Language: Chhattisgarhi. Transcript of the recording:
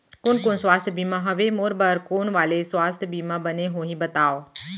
कोन कोन स्वास्थ्य बीमा हवे, मोर बर कोन वाले स्वास्थ बीमा बने होही बताव?